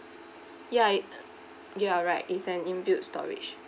ya it uh you are right it's an in built storage